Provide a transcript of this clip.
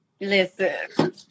Listen